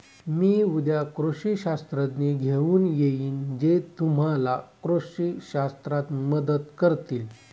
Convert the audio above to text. मी उद्या कृषी शास्त्रज्ञ घेऊन येईन जे तुम्हाला कृषी शास्त्रात मदत करतील